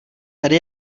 tady